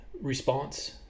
response